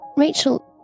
Rachel